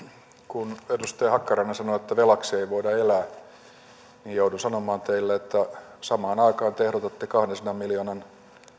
kun edustaja hakkarainen sanoi että velaksi ei voida elää niin joudun sanomaan teille että samaan aikaan te te ehdotatte kahdensadan miljoonan